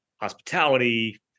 hospitality